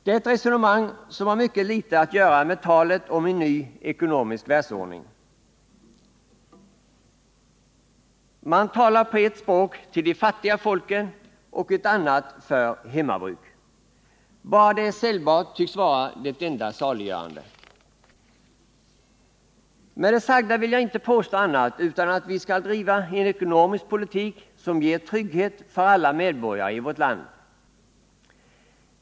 Det är ett resonemang som har mycket litet att göra med talet om en ny ekonomisk världsordning. Man talar på ett språk till de fattiga folken och på ett annat för hemmabruk. Att det är säljbart tycks vara det enda saliggörande. Med det sagda vill jag inte påstå annat än att vi skall driva en ekonomisk politik som ger trygghet för alla medborgare i vårt land.